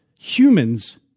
humans